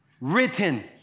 written